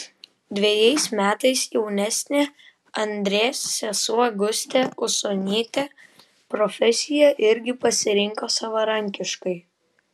dvejais metais jaunesnė andrės sesuo gustė usonytė profesiją irgi pasirinko savarankiškai